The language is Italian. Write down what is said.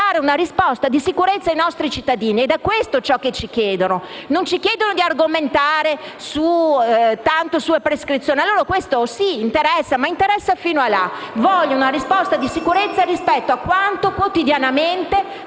per dare una risposta di sicurezza ai nostri cittadini ed è questo ciò che ci chiedono. Non ci chiedono di argomentare tanto sulla prescrizione; a loro questo sì interessa, ma interessa fino a un certo punto. Vogliono una risposta di sicurezza rispetto a quanto quotidianamente